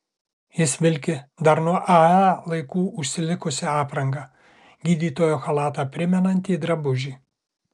jis vilki dar nuo ae laikų užsilikusią aprangą gydytojo chalatą primenantį drabužį